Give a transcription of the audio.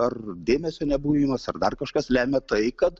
ar dėmesio nebuvimas ar dar kažkas lemia tai kad